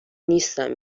نیستم